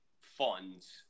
funds